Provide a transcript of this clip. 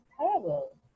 terrible